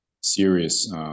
serious